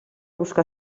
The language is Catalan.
buscar